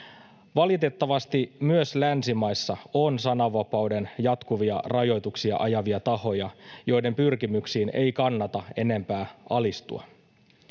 Valitettavasti myös länsimaissa on sananvapauden jatkuvia rajoituksia ajavia tahoja, joiden pyrkimyksiin ei kannata enempää alistua.